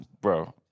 Bro